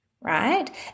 right